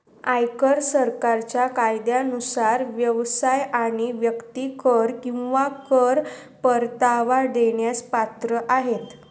आयकर सरकारच्या कायद्यानुसार व्यवसाय आणि व्यक्ती कर किंवा कर परतावा देण्यास पात्र आहेत